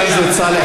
כבוד השר,